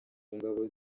ngabo